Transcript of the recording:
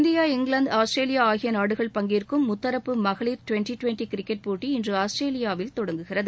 India England Australia ஆகிய நாடுகள் பங்கேற்கும் முத்தரப்பு மகளிர் டிவெண்டி டிவெண்டி கிரிக்கெட் போட்டி இன்று ஆஸ்திரேலியாவில் தொடங்குகிறது